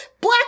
Black